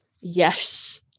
yes